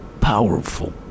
powerful